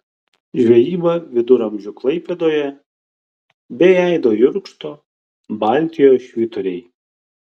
žvejyba viduramžių klaipėdoje bei aido jurkšto baltijos švyturiai